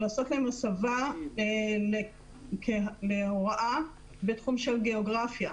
ולעשות להם הסבה להוראה בתחום של גיאוגרפיה,